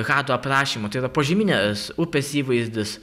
hado aprašymo tai yra požeminės upės įvaizdis